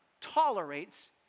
tolerates